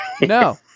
No